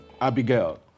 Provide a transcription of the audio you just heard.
Abigail